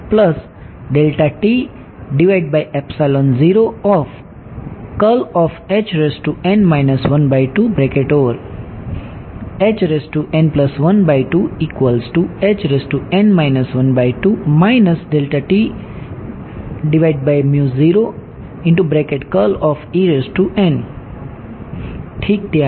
ઠીક ત્યારે